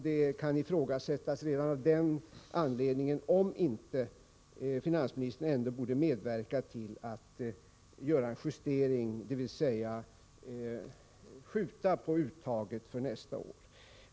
Det kan redan av den anledningen ifrågasättas om inte finansministern borde medverka till att göra en justering, dvs. skjuta på uttaget för nästa år.